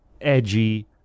edgy